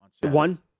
One